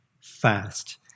fast